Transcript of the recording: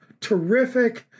terrific